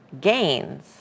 gains